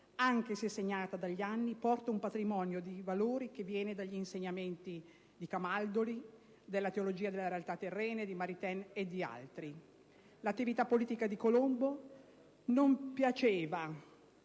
anche se segnata dagli anni, porta un patrimonio di valori che viene dagli insegnamenti di Camaldoli, dalla teologia delle realtà terrene, di Maritain e di altri. L'attività politica di Colombo non piaceva